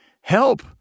help